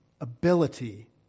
ability